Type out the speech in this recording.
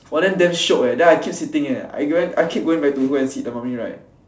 !wah! then damn shiok eh then I keep sitting eh I keep going back to go and sit the mummy ride